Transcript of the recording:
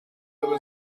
aber